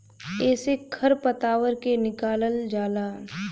एसे खर पतवार के निकालल जाला